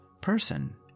person